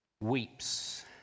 weeps